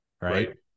right